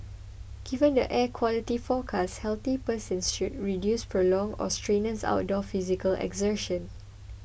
given the air quality forecast healthy persons should reduce prolonged or strenuous outdoor physical exertion